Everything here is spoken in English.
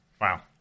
Wow